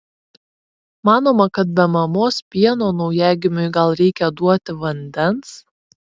manoma kad be mamos pieno naujagimiui gal reikia duoti vandens